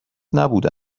نبوده